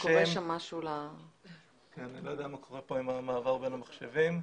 הם עצמם לא מפיקים את